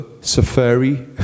Safari